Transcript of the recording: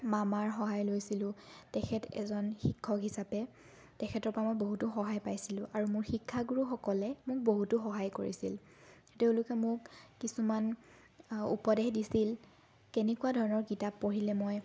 মামাৰ সহায় লৈছিলোঁ তেখেত এজন শিক্ষক হিচাপে তেখেতৰ পৰা মই বহুতো সহায় পাইছিলোঁ আৰু মোৰ শিক্ষাগুৰুসকলে মোক বহুতো সহায় কৰিছিল তেওঁলোকে মোক কিছুমান উপদেশ দিছিল কেনেকুৱা ধৰণৰ কিতাপ পঢ়িলে মই